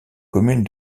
commune